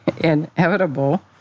inevitable